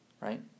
right